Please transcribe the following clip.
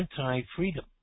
anti-freedom